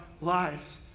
lives